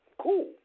Cool